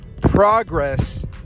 Progress